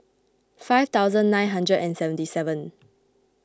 five thousand nine hundred and seventy seven